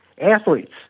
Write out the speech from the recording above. Athletes